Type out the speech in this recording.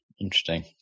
interesting